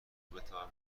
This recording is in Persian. بتواند